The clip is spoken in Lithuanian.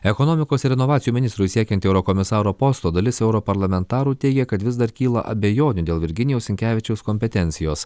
ekonomikos ir inovacijų ministrui siekiant eurokomisaro posto dalis europarlamentarų teigia kad vis dar kyla abejonių dėl virginijaus sinkevičiaus kompetencijos